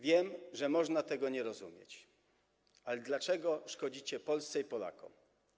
Wiem, że można tego nie rozumieć, ale dlaczego szkodzicie Polsce i Polakom?